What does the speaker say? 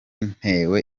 ntewe